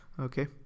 Okay